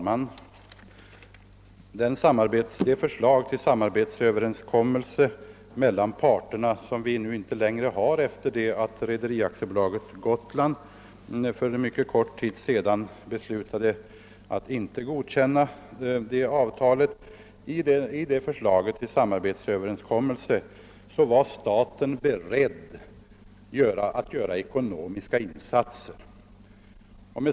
Herr talman! Det förslag till samar betsöverenskommelse mellan parterna, som nu inte längre är aktuellt sedan Rederi AB Gotland för mycket kort tid sedan beslutade att icke godkänna överenskommelsen, innebar att staten förklarade sig beredd att göra ekonomiska insatser.